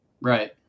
right